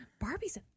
Barbie's